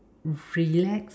relax